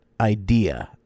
idea